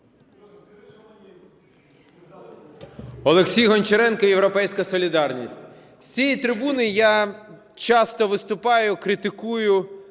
Олексій Гончаренко, "Європейська солідарність". З цієї трибуни я часто виступаю, критикую